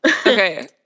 Okay